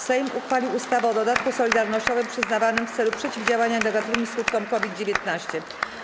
Sejm uchwalił ustawę o dodatku solidarnościowym przyznawanym w celu przeciwdziałania negatywnym skutkom COVID-19.